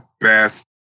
best